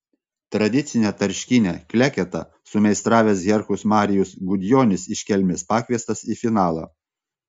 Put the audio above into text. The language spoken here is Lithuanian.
tradicinę tarškynę kleketą sumeistravęs herkus marijus gudjonis iš kelmės pakviestas į finalą